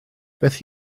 beth